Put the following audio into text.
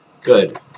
Good